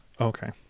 Okay